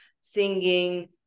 singing